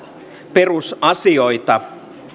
perusasioita